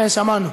שמענו.